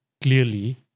clearly